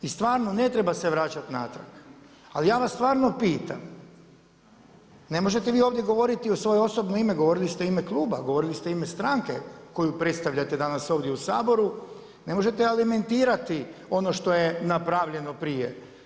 I stvarno ne treba se vraćati natrag ali ja vas stvarno pitam, ne možete vi ovdje govoriti u svoje osobno ime, govorili ste u ime kluba, govorili ste u ime stranke koju predstavljate danas ovdje u Saboru, ne možete alimentirati ono što je napravljeno prije.